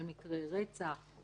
על מקרי רצח,